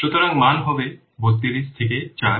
সুতরাং মান হবে 32 থেকে 4